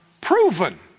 proven